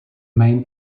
main